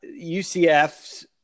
UCF's